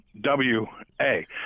W-A